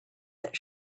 that